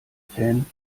fan